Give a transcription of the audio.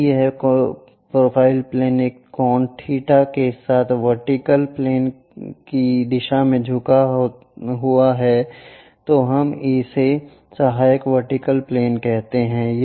यदि यह profile plane एक कोण थीटा के साथ वर्टिकल प्लेन की दिशा में झुका हुआ है तो हम उस एक को सहायक वर्टिकल प्लेन कहते हैं